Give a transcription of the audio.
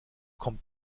kommt